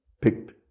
picked